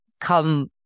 come